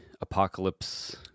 apocalypse